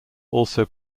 also